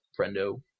friendo